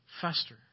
fester